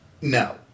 No